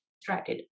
distracted